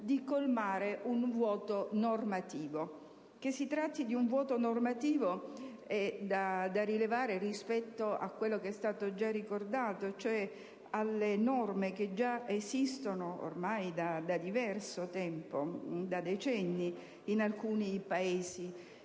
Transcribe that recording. di colmare un vuoto normativo. Che si tratti un vuoto normativo è da rilevare rispetto a quanto già ricordato, cioè alle norme che già esistono, ormai da diverso tempo, da decenni, in alcuni Paesi, come